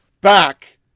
back